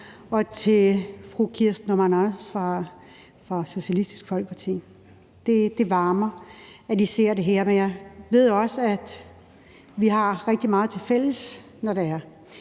og til fru Kirsten Normann Andersen fra Socialistisk Folkeparti. Det varmer, at de ser det her, men jeg ved også, at vi har rigtig meget tilfælles, når det er.